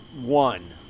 one